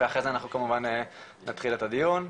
ואחרי זה אנחנו כמובן נתחיל את הדיון,